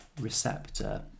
receptor